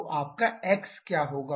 तो आपका एक्स क्या होगा